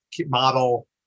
model